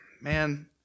man